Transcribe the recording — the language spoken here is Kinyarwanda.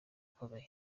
ukomeye